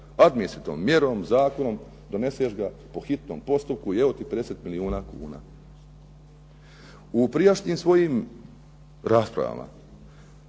Administrativnom mjerom, zakonom doneseš ga po hitnom postupku i evo ti 50 milijuna kuna. U prijašnjim svojim raspravama